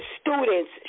students